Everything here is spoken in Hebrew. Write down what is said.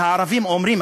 והערבים אומרים,